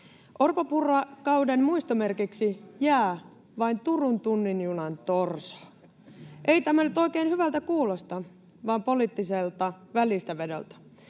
Orpo—Purra-kauden muistomerkiksi jää vain Turun tunnin junan torso. Ei tämä nyt oikein hyvältä kuulosta vaan poliittiselta välistävedolta.